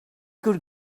could